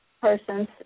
persons